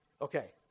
Okay